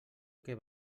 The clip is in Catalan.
que